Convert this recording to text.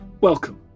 welcome